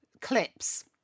clips